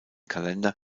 kalender